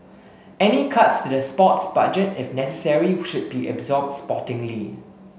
any cuts to the sports budget if necessary should be absorbed sportingly